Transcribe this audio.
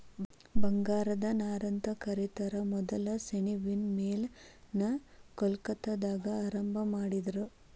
ಬಂಗಾರದ ನಾರಂತ ಕರಿತಾರ ಮೊದಲ ಸೆಣಬಿನ್ ಮಿಲ್ ನ ಕೊಲ್ಕತ್ತಾದಾಗ ಆರಂಭಾ ಮಾಡಿದರು